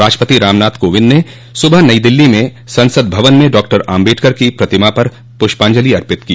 राष्ट्रपति राम नाथ कोविंद ने सुबह नई दिल्ली में संसद भवन में डॉक्टर आंबेडकर की प्रतिमा पर पुष्पांजलि अर्पित की